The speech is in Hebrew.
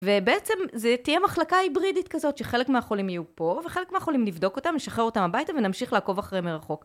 ובעצם זה תהיה מחלקה היברידית כזאת שחלק מהחולים יהיו פה וחלק מהחולים נבדוק אותם, נשחרר אותם הביתה ונמשיך לעקוב אחריהם מרחוק.